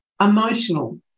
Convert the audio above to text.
emotional